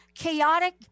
Chaotic